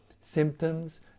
symptoms